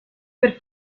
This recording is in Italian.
per